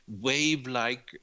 wave-like